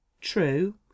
true